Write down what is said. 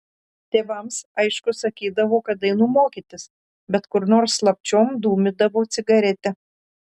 tėvams aišku sakydavau kad einu mokytis bet kur nors slapčiom dūmydavau cigaretę